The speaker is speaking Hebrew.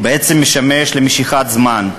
בעצם משמש למשיכת זמן,